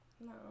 No